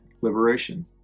liberation